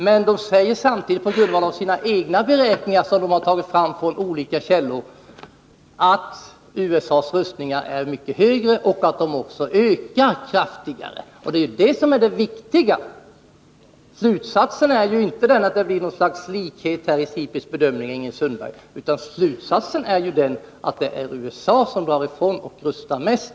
Men man säger samtidigt på grundval av sina egna beräkningar som man har tagit fram ur olika källor att USA:s rustningar är mycket större och att de ökar kraftigare. Det är det som är det viktiga. Slutsatsen i SIPRI:s bedömning är inte att det blir något slags likhet, Ingrid Sundberg.